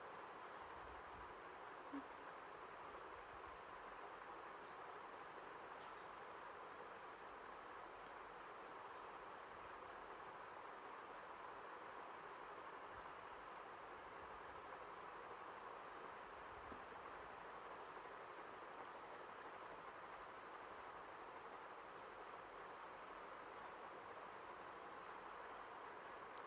hmm